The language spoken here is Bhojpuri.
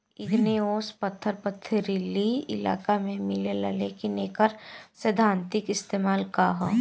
इग्नेऔस पत्थर पथरीली इलाका में मिलेला लेकिन एकर सैद्धांतिक इस्तेमाल का ह?